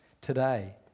today